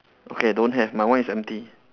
okay don't have my one is empty